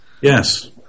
yes